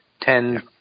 Ten